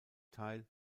teil